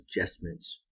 adjustments